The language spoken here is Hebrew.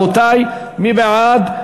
מי בעד?